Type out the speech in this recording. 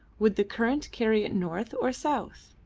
would the current carry it north or south?